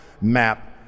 map